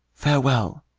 farewell,